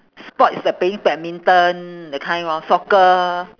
sport is like playing badminton that kind lor soccer